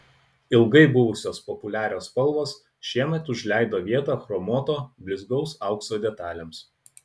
ilgai buvusios populiarios spalvos šiemet užleido vietą chromuoto blizgaus aukso detalėms